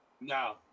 No